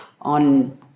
on